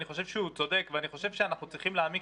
אני חושב שהוא צודק ואני חושב שאנחנו צריכים להעמיק